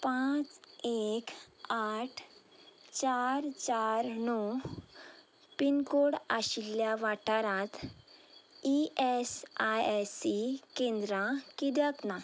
पांच एक आठ चार चार णव पिनकोड आशिल्ल्या वाठारांत E S I S C केंद्रां किद्याक ना